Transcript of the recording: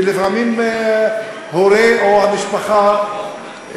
ולפעמים ההורה או המשפחה